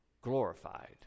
glorified